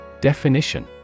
Definition